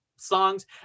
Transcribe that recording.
songs